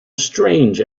strange